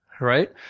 Right